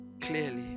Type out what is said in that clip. clearly